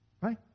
right